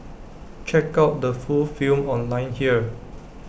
check out the full film online here